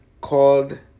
called